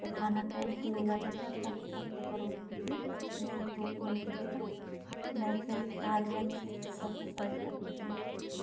तो खाना टेस्टी हो जाता था तब सबको परोसती थी अच्छी मेरी रोटी बनती थी तो मैं फ़िर बाद में अच्छी अच्छी सबको सर्व करती थी